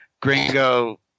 gringo